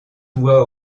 voies